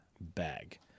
bag